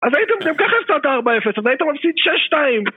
אז הייתם ככה עשו את ה-4-0, אז הייתם עושים 6-2